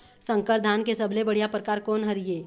संकर धान के सबले बढ़िया परकार कोन हर ये?